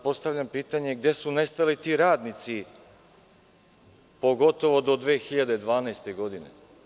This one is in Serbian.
Postavljam pitanje gde su nestali ti radnici, pogotovo do 2012. godine?